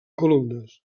columnes